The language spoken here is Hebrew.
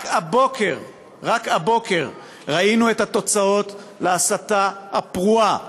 רק הבוקר ראינו את התוצאות של ההסתה הפרועה